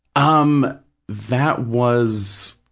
um that was.